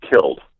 killed